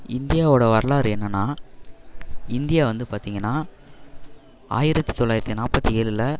இந்தியாவோட வரலாறு என்னன்னா இந்தியா வந்து பார்த்திங்கன்னா ஆயிரத்து தொள்ளாயிரத்து நாற்பத்தி ஏழில்